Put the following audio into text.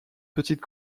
petite